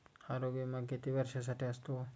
आरोग्य विमा किती वर्षांसाठी असतो?